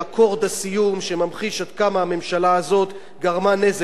שממחיש עד כמה הממשלה הזאת גרמה נזק לאזרחי ישראל.